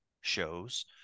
shows